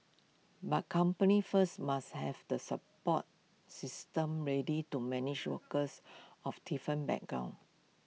but companies first must have the support systems ready to manage workers of different backgrounds